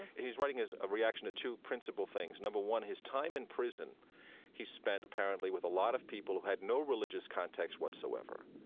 he's writing his reaction to two principal things. number one, his time in prison he spent apparently with a lot of people who had no religious context whatsoever.